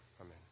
Amen